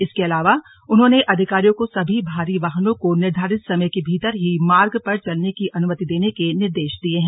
इसके अलावा उन्होंने अधिकारियों को सभी भारी वाहनों को निर्धारित समय के भीतर ही मार्ग पर चलने की अनुमति देने के निर्देश दिये हैं